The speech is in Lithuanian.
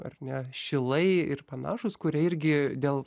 ar ne šilai ir panašūs kurie irgi dėl